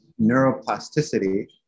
neuroplasticity